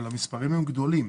אבל המספרים הם גדולים.